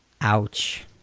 Ouch